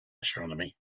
astronomy